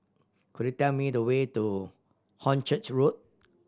could you tell me the way to Hornchurch Road